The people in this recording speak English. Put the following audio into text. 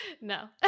No